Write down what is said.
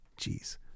Jeez